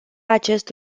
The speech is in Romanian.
acest